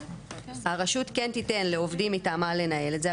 הרשות כן תיתן לעובדים מטעמה לנהל את זה.